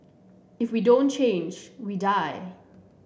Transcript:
if we don't change we die